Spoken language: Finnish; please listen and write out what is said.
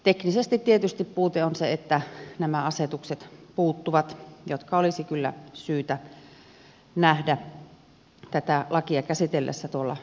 teknisesti tietysti puute on se että nämä asetukset puuttuvat jotka olisi kyllä syytä nähdä tätä lakia käsiteltäessä tuolla valiokunnassa